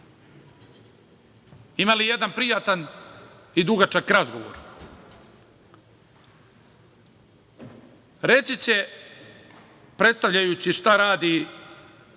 imali jedan prijatan i dugačak razgovor. Reći će, predstavljajući šta radi